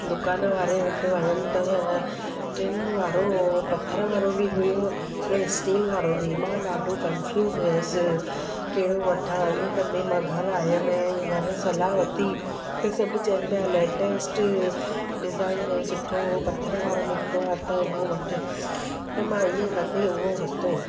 दुकान वारे वटि वियमि त ट्रिनि वारो पथर वारो बि हुओ ऐं स्टील वारो बि मां ॾाढो कंफ्यूज हुअसि कहिड़ो वठा ईअं कंदे मां घर आयमि ऐं घर सलाहु वरिती त सभु चवनि पिया लेटेस्ट डिज़ाइइन सुठो पथर वारो निकितो आहे त उहो वठि त मां ईअं कंदे उहो वरितो